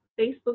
facebook